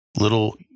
little